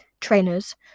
Trainers